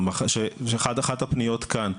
אחת הפניות כאן,